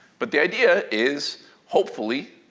but the idea is hopefully,